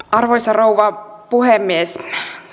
arvoisa rouva puhemies